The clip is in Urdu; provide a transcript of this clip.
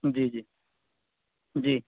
جی جی جی